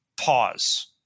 pause